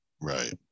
Right